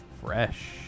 fresh